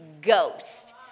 Ghost